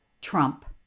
Trump